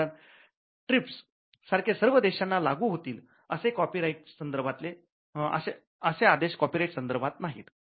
कारण ट्रिप्स सारखे सर्व देशांना लागू होतील असे आदेश कॉपी राईट संदर्भात नाहीत